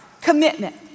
commitment